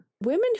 Women